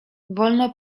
wolno